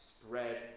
spread